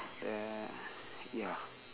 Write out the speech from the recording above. then ya